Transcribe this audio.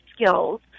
skills